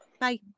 bye